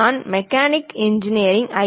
நான் mechanical engineering ஐ